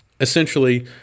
Essentially